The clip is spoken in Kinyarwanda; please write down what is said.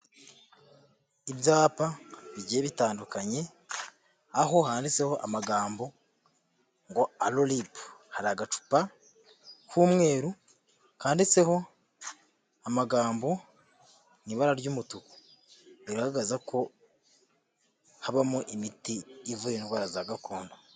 Ibyapa bigiye bitandukanye, aho handitseho amagambo ngo alolipu. Hari agacupa k'umweru, kanditseho amagambo mu ibara ry'umutuku. Bigaragaza ko habamo imiti ivura indwara za gakondo.